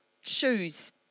shoes